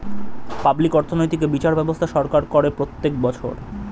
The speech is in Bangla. পাবলিক অর্থনৈতিক এ বিচার ব্যবস্থা সরকার করে প্রত্যেক বছর